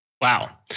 Wow